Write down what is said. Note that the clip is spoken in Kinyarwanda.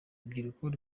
urubyiruko